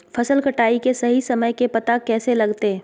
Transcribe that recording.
फसल कटाई के सही समय के पता कैसे लगते?